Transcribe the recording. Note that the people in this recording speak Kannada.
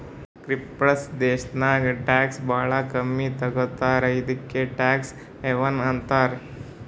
ಕಿಪ್ರುಸ್ ದೇಶಾನಾಗ್ ಟ್ಯಾಕ್ಸ್ ಭಾಳ ಕಮ್ಮಿ ತಗೋತಾರ ಇದುಕೇ ಟ್ಯಾಕ್ಸ್ ಹೆವನ್ ಅಂತಾರ